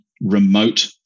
remote